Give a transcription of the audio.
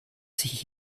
sich